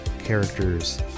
characters